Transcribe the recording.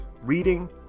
reading